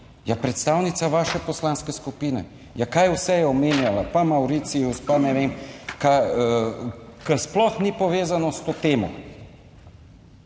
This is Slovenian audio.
Ja, predstavnica vaše poslanske skupine, ja, kaj vse je omenjala, pa Mauricius, pa ne vem kaj, ker sploh ni povezano s to temo.